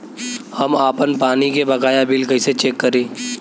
हम आपन पानी के बकाया बिल कईसे चेक करी?